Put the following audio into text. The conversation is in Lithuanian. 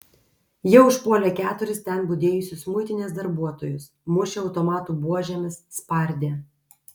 jie užpuolė keturis ten budėjusius muitinės darbuotojus mušė automatų buožėmis spardė